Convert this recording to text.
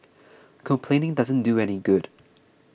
complaining doesn't do any good